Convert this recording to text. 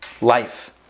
life